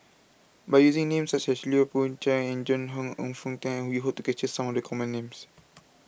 by using names such as Lui Pao Chuen and Joan Hon and Foo Hong Tatt we hope to capture some of the common names